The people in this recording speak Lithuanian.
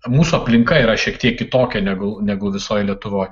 mūsų aplinka yra šiek tiek kitokia negu negu visoj lietuvoj